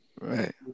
right